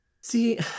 See